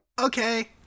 Okay